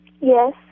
Yes